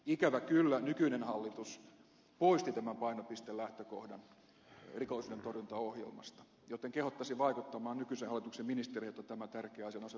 ikävä kyllä nykyinen hallitus poisti tämän painopistelähtökohdan rikollisuudentorjuntaohjelmasta joten kehottaisin vaikuttamaan nykyisen hallituksen ministereihin että tämä tärkeä asia nostettaisiin uudelleen esille